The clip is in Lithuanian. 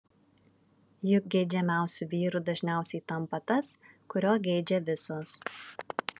juk geidžiamiausiu vyru dažniausiai tampa tas kurio geidžia visos